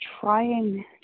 trying